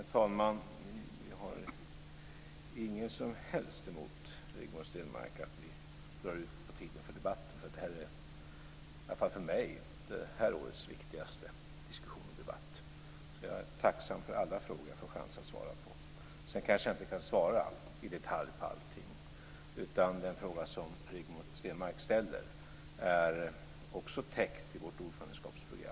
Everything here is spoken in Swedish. Herr talman! Jag har inget som helst emot att debatten drar ut på tiden, Rigmor Stenmark. För mig är detta det här årets viktigaste diskussion och debatt. Jag är tacksam för alla frågor jag får chans att svara på. Sedan kanske jag inte kan svara i detalj på allting. Den fråga som Rigmor Stenmark ställer är också täckt i vårt ordförandeskapsprogram.